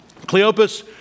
Cleopas